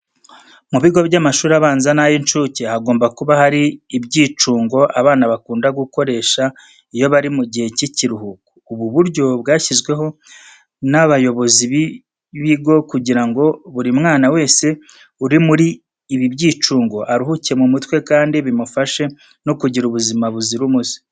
Mu bigo by'amashuri abanza n'ay'inshuke hagomba kuba hari ibyicungo abana bakunda gukoresha iyo bari mu gihe cy'ikiruhuko. Ubu buryo bwashyizweho n'abayobozi b'ibigo kugira ngo buri mwana wese uri muri ibi byiciro, aruhuke mu mutwe kandi bimufashe no kugira ubuzima buzira umuze.